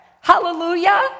Hallelujah